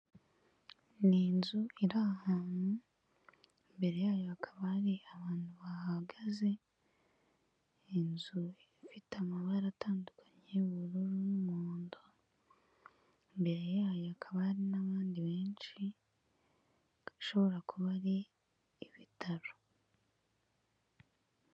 Ni inzu iri ahantu, imbere yayo hakaba hari abantu bahahagaze, inzu ifite amabara atandukanye y'ubururu n'umuhondo, imbere yayo hakaba hari n'abandi benshi ikaba ishobora kuba ari ibitaro